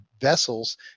vessels